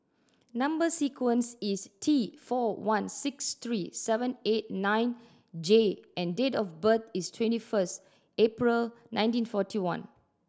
number sequence is T four one six three seven eight nine J and date of birth is twenty first April nineteen forty one